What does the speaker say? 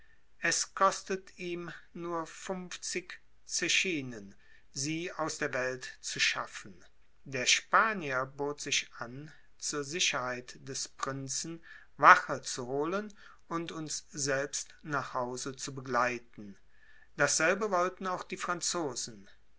es kostet ihm nur funfzig zechinen sie aus der welt zu schaffen der spanier bot sich an zur sicherheit des prinzen wache zu holen und uns selbst nach hause zu begleiten dasselbe wollten auch die franzosen